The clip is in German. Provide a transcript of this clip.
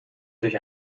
durch